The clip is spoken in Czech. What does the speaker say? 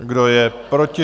Kdo je proti?